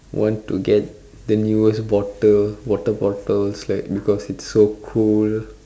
want to get the newest bottle water bottles like because it's so cool